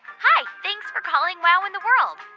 hi, thanks for calling wow in the world.